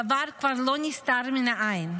דבר כבר לא נסתר מן העין.